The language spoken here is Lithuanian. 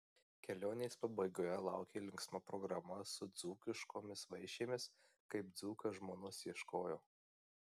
kelionės pabaigoje laukė linksma programa su dzūkiškomis vaišėmis kaip dzūkas žmonos ieškojo